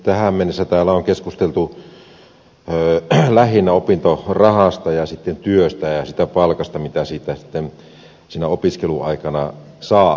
tähän mennessä täällä on keskusteltu lähinnä opintorahasta ja työstä ja siitä palkasta mitä sitten siinä opiskelun aikana saa ansaita ja mitä ei